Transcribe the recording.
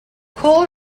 cole